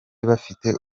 bafite